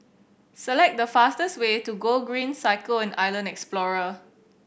select the fastest way to Gogreen Cycle and Island Explorer